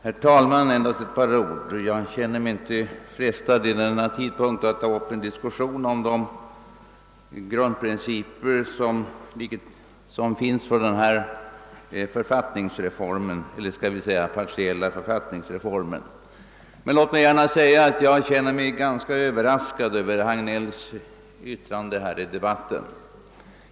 Herr talman! Endast ett par ord! Jag känner mig inte frestad att vid denna tidpunkt ta upp en diskussion om de grundprinciper som varit vägledande för denna partiella författningsreform. Jag blev ganska överraskad över herr Hagnells yttrande.